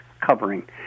covering